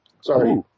Sorry